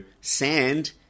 sand